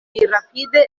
rapide